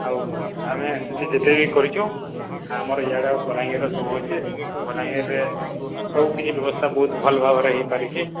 ଆଉ ଆମେ ଏବେ ଯେତେ ବି କରିଛୁ ଆମର୍ ଇଆଡ଼ା ବଲାଙ୍ଗୀର୍ର ସବୁ ଅଛେ ବଲାଙ୍ଗୀର୍ରେ ସବୁ କିଛି ବ୍ୟବସ୍ଥା ବହୁତ୍ ଭଲ୍ ଭାବରେ ହେଇପାରୁଛେ